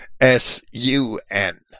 S-U-N